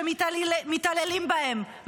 שמתעללים בהן,